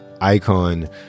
icon